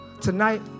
tonight